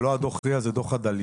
זה לא דוח RIA, אלא דוח עדליא.